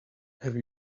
have